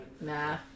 Nah